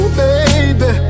baby